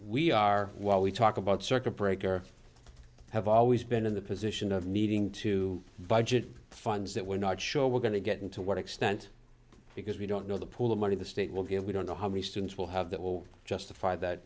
we are while we talk about circuit breaker have always been in the position of needing to budget funds that we're not sure we're going to get and to what extent because we don't know the pool of money the state will get we don't know how many students will have that will justify that